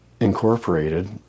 Incorporated